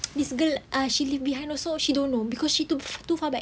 this girl uh she leave behind also she don't know because she too too far back